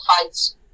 fights